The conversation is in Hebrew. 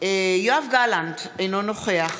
יואב גלנט, אינו נוכח